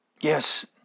Yes